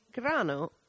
grano